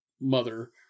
mother